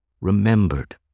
remembered